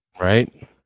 right